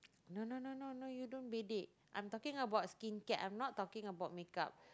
no no no no no you don't bedek I'm talking about skincare I'm not talking about makeup